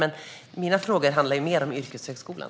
Men mina frågor handlar mer om yrkeshögskolan.